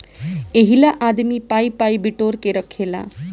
एहिला आदमी पाइ पाइ बिटोर के रखेला